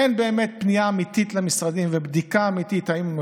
אין באמת פנייה אמיתית למשרדים ובדיקה אמיתית אם הם